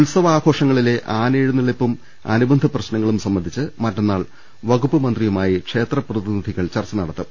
ഉത്സവാഘോഷങ്ങളിലെ ആനയെഴുന്നള്ളിപ്പും അനുബന്ധപ്രശ്ന ങ്ങളും സംബന്ധിച്ച് മറ്റന്നാൾ വകുപ്പുമന്ത്രിയുമായി ക്ഷേത്രപ്രതിനിധികൾ ചർച്ച നടത്തും